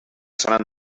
seran